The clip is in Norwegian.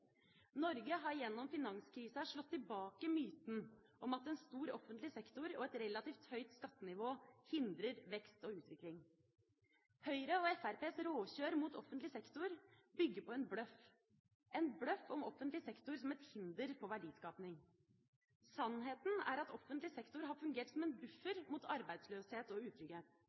Norge har gjennom finanskrisa slått tilbake myten om at en stor offentlig sektor og et relativt høyt skattenivå hindrer vekst og utvikling. Høyre og Fremskrittspartiets råkjør mot offentlig sektor bygger på en bløff, en bløff om offentlig sektor som et hinder for verdiskaping. Sannheten er at offentlig sektor har fungert som en buffer mot arbeidsløshet og utrygghet.